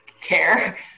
care